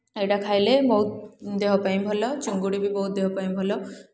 ଏଇଟା ଖାଇଲେ ବହୁତ ଦେହ ପାଇଁ ଭଲ ଚିଙ୍ଗୁଡ଼ି ବି ବହୁତ ଦେହ ପାଇଁ ଭଲ